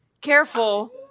careful